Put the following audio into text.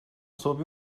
sob